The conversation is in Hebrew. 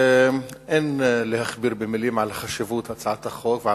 אין להכביר מלים על חשיבות הצעת החוק ועל